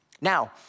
Now